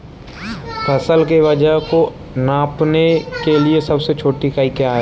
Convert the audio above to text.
फसल के वजन को नापने के लिए सबसे छोटी इकाई क्या है?